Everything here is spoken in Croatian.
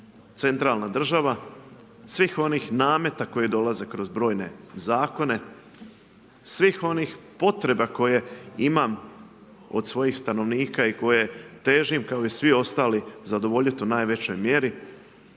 centralna država, svih onih nameta koji dolaze kroz brojne zakone, svih onih potreba koje imam od svojih stanovnika i koje težim kao i svi ostali zadovoljiti u najvećoj mjeri,